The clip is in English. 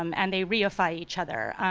um and they rarefy each other.